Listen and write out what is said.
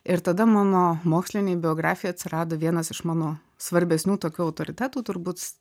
ir tada mano mokslinėj biografijoj atsirado vienas iš mano svarbesnių tokių autoritetų turbūt